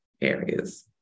areas